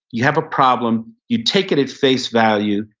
you have a problem, you take it at face value,